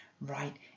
right